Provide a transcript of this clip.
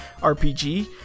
RPG